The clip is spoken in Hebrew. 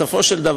סליחה,